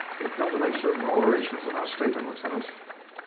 we've come to make certain alterations in our statement, lieutenant.